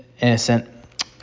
innocent